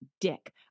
dick